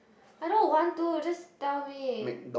I don't want to just tell me